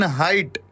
height